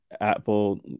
Apple